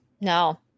No